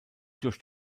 durch